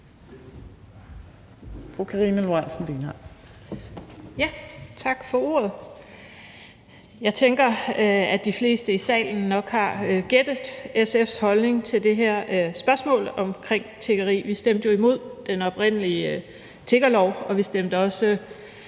Tak for ordet. Jeg tænker, at de fleste i salen nok har gættet SF's holdning til det her spørgsmål om tiggeri. Vi stemte jo imod den oprindelige tiggerlov, og vi stemte også